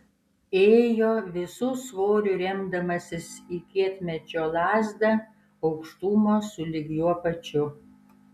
ėjo visu svoriu remdamasis į kietmedžio lazdą aukštumo sulig juo pačiu